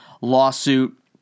lawsuit